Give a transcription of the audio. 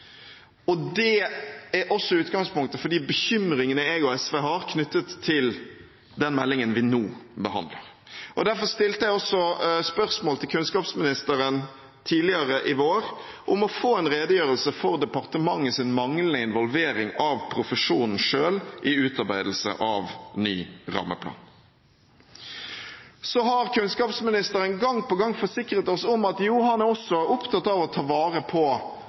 verdivalg. Det er også utgangspunktet for de bekymringene jeg og SV har knyttet til den meldingen vi nå behandler. Derfor stilte jeg spørsmål til kunnskapsministeren tidligere i vår om å få en redegjørelse for departementets manglende involvering av profesjonen selv i utarbeidelse av ny rammeplan. Så har kunnskapsministeren gang på gang forsikret oss om at jo, han er også opptatt av å ta vare på